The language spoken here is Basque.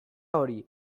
hori